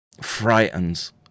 frightens